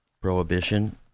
prohibition